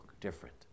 different